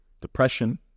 depression